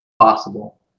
possible